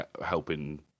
helping